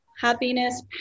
happiness